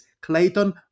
Clayton